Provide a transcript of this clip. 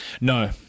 No